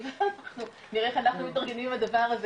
אז נראה איך אנחנו מתארגנים לדבר הזה.